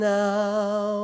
now